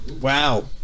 wow